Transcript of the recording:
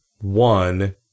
one